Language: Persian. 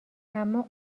اما